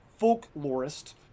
folklorist